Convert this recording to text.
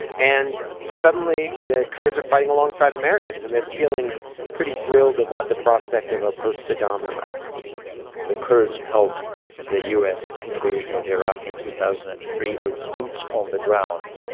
and suddenly, the kurds are fighting alongside americans, and they're feeling pretty thrilled about the prospect of a post-saddam iraq the kurds helped the u s. invasion of iraq in two thousand and three with boots on the ground.